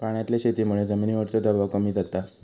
पाण्यातल्या शेतीमुळे जमिनीवरचो दबाव कमी जाता